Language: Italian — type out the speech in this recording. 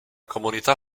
comunità